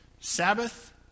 Sabbath